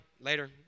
Later